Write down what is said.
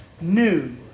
new